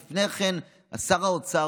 לפני כן שר האוצר,